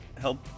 help